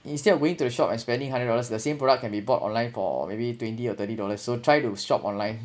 instead of going to the shop expanding hundred dollars the same products can be bought online for maybe twenty or thirty dollars so try to shop online